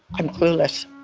i'm clueless.